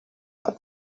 but